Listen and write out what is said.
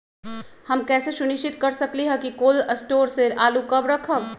हम कैसे सुनिश्चित कर सकली ह कि कोल शटोर से आलू कब रखब?